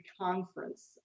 conference